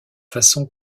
façon